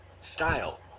style